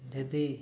ଯଦି